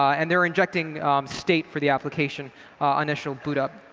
and they're injecting state for the application initial boot up.